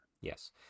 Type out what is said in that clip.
yes